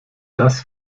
das